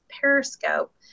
Periscope